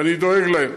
ואני דואג להם.